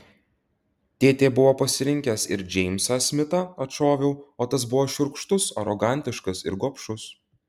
tėtė buvo pasirinkęs ir džeimsą smitą atšoviau o tas buvo šiurkštus arogantiškas ir gobšus